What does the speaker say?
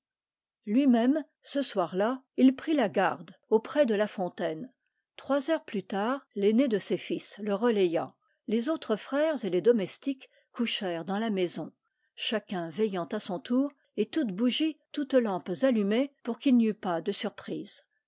lui-même ce soir-là il prit la garde auprès de la fontaine trois heures plus tard l'aîné de ses fils le relaya les autres frères et les domestiques couchèrent dans la maison chacun veillant à son tour et toutes bougies toutes lampes allumées pour qu'il n'y eût pas de surprise